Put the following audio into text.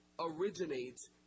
originates